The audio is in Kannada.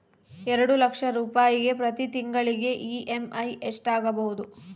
ಎರಡು ಲಕ್ಷ ರೂಪಾಯಿಗೆ ಪ್ರತಿ ತಿಂಗಳಿಗೆ ಇ.ಎಮ್.ಐ ಎಷ್ಟಾಗಬಹುದು?